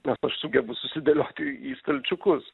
nes aš sugebu susidėliot į stalčiukus